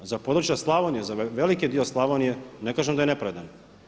Za područja Slavonije, za veliki dio Slavonije, ne kažem da je nepravedan.